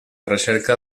recerca